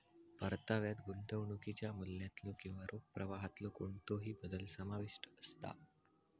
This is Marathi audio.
परताव्यात गुंतवणुकीच्या मूल्यातलो किंवा रोख प्रवाहातलो कोणतोही बदल समाविष्ट असता